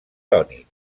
tònic